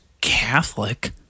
Catholic